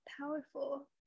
powerful